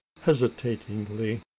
hesitatingly